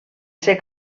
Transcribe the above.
ser